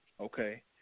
Okay